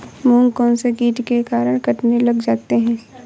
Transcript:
मूंग कौनसे कीट के कारण कटने लग जाते हैं?